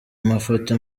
mafoto